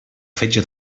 fetge